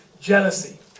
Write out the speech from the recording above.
jealousy